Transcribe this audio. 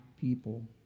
people